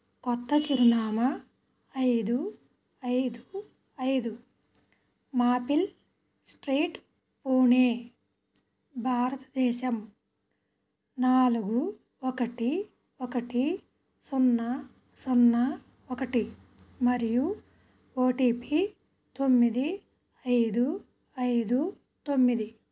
కొత్త చిరునామా ఐదు ఐదు ఐదు మాఫిల్ స్ట్రీట్ పూణే భారతదేశం నాలుగు ఒకటి ఒకటి సున్నా సున్నా ఒకటి మరియు ఓ టీ పీ తొమ్మిది ఐదు ఐదు తొమ్మిది